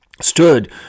stood